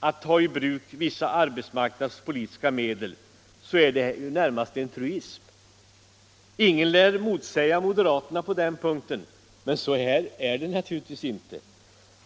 att ta i bruk vissa. arbetsmarknadspolitiska medel, så är det ju närmast en truism. Ingen lär mot säga moderaterna på den punkten, men så är det naturligtvis inte.